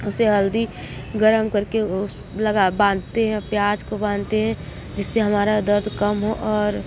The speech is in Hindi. उसे हल्दी गरम करके उस लगा बांधते हैं प्याज़ को बांधते हैं जिससे हमारा दर्द कम हो और